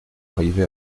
arrivé